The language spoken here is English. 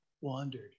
wandered